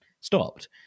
stopped